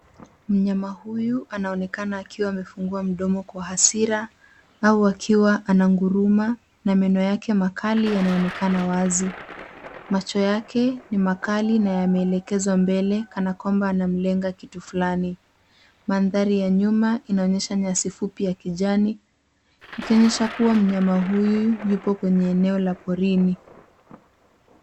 Mnyama huyu anaonekana akiwa amefungua mdomo kwa hasira, au akiwa ananguruma, na meno yake makali yanaonekana wazi. Macho yake, ni makali na yameelekezwa mbele, kana kwamba anamlenga kitu fulani. Mandhari ya nyuma, inaonyesha nyasi fupi ya kijani, ikionyesha kuwa mnyama huyu yupo kwenye eneo la porini.